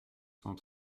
cent